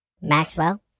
Maxwell